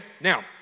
Now